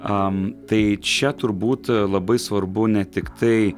am tai čia turbūt labai svarbu ne tiktai